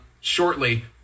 shortly